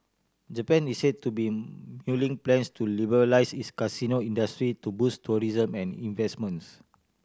Japan is said to be mulling plans to liberalise its casino industry to boost tourism and investments